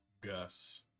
Gus